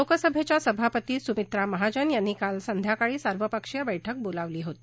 लोकसभेच्या सभापती सुमित्रा महाजन यांनी काल संध्याकाळी सर्वपक्षीय बैठक बोलावली होती